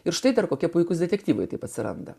ir štai dar kokie puikūs detektyvai taip atsiranda